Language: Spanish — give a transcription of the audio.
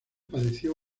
padeció